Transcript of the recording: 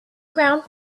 ground